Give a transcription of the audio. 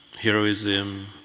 heroism